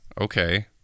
Okay